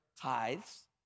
tithes